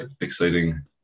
exciting